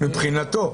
מבחינתו.